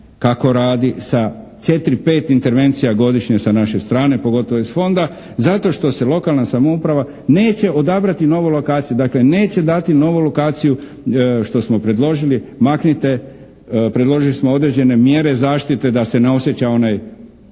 kako radi sa četiri, pet intervencija godišnje sa naše strane, pogotovo iz fonda zato što se lokalna samouprava neće odabrati novu lokaciju, dakle neće dati novu lokaciju što smo predložili maknite, predložili smo određene mjere zaštite da se ne osjeća onaj